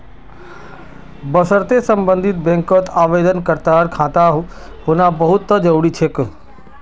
वशर्ते सम्बन्धित बैंकत आवेदनकर्तार खाता होना बहु त जरूरी छेक